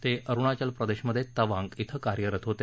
ते अरूणाचल प्रदेश मध्ये तवांग येथे कार्यरत होते